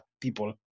people